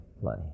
play